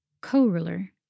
Co-ruler